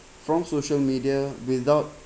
from social media without